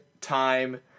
time